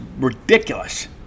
ridiculous